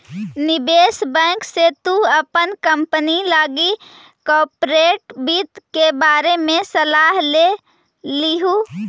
निवेश बैंक से तु अपन कंपनी लागी कॉर्पोरेट वित्त के बारे में सलाह ले लियहू